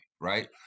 Right